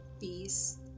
peace